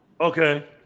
Okay